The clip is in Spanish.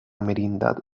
merindad